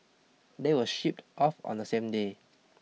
they were shipped off on the same day